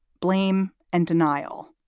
blame and denial.